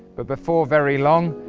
but before very long,